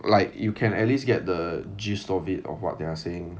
like you can at least get the gist of it of what they're saying